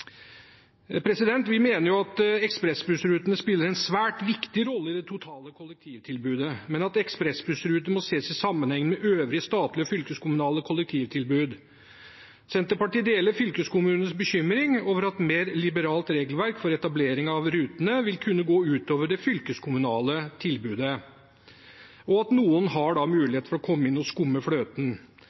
Vi mener at ekspressbussrutene spiller en svært viktig rolle i det totale kollektivtilbudet, men at de må ses i sammenheng med øvrige statlige og fylkeskommunale kollektivtilbud. Senterpartiet deler fylkeskommunenes bekymring over at et mer liberalt regelverk for etablering av rutene vil kunne gå ut over det fylkeskommunale tilbudet, og at noen da får mulighet for å komme inn og skumme fløten.